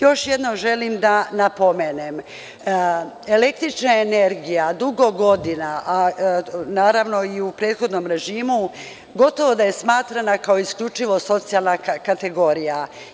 Još jednom želim da napomenem da električna energije dugo godina, a i u prethodnom režimu gotovo da je smatrana kao isključivo socijalna kategorija.